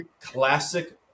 classic